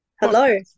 Hello